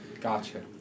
Gotcha